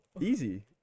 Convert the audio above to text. Easy